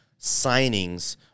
signings